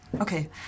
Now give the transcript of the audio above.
Okay